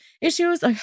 issues